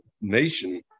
nation